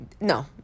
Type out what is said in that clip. no